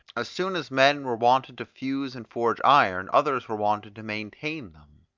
as soon as men were wanted to fuse and forge iron, others were wanted to maintain them.